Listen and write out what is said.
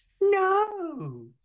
No